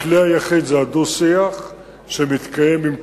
הכלי היחיד הוא הדו-שיח שמתקיים עם כולם,